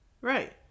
Right